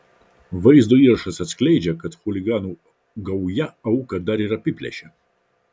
vaizdo įrašas atskleidžia kad chuliganų gauja auką dar ir apiplėšė